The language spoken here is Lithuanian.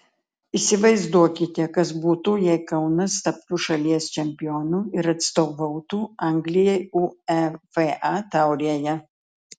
įsivaizduokite kas būtų jei kaunas taptų šalies čempionu ir atstovautų anglijai uefa taurėje